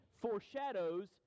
foreshadows